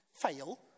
fail